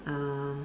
uh